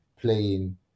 playing